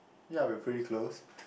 ya we pretty close